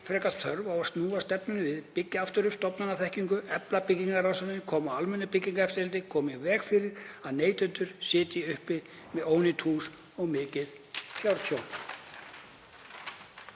frekar þörf á að snúa stefnunni við, byggja aftur upp stofnanaþekkingu, efla byggingarannsóknir, koma á almennu byggingareftirliti, koma í veg fyrir að neytendur sitji uppi með ónýt hús og mikið fjártjón?